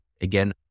again